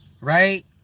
Right